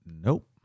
Nope